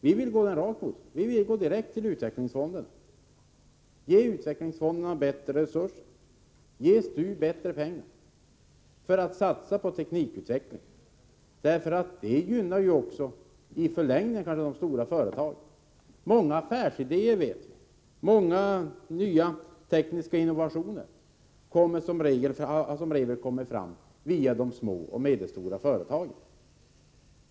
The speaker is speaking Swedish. Vi vill gå den rakt motsatta vägen, gå direkt till utvecklingsfonderna och ge dem bättre resurser och ge STU mer pengar, för att satsa på teknikutveckling. Det gynnar i förlängningen kanske också de stora företagen. Vi vet att många affärsidéer och många tekniska innovationer har kommit fram via de små och medelstora företagen.